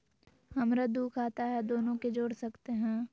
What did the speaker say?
हमरा दू खाता हय, दोनो के जोड़ सकते है?